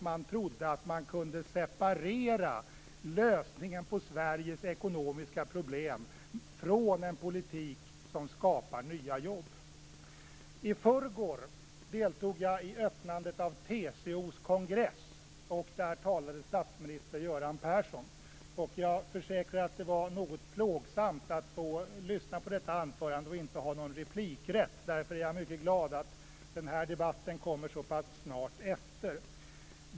Man trodde att man kunde separera lösningen på Sveriges ekonomiska problem från en politik som skapar nya jobb. I förrgår deltog jag i öppnandet av TCO:s kongress. Där talade statsminister Göran Persson. Jag försäkrar att det var något plågsamt att lyssna på detta anförande och inte ha någon replikrätt. Därför är jag mycket glad att den här debatten kommer så pass snart efter.